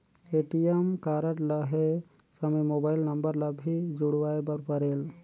ATM card लहे समय mobile number ला भी जुड़वाए बर परेल?